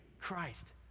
Christ